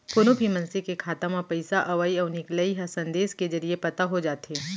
कोनो भी मनसे के खाता म पइसा अवइ अउ निकलई ह संदेस के जरिये पता हो जाथे